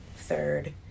Third